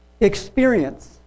Experience